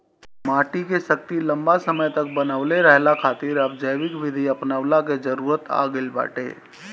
माटी के शक्ति लंबा समय तक बनवले रहला खातिर अब जैविक विधि अपनऊला के जरुरत आ गईल बाटे